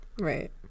right